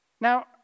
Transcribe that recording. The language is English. Now